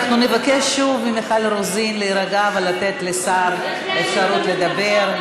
אנחנו נבקש שוב ממיכל רוזין להירגע ולתת לשר אפשרות לדבר.